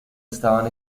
estaban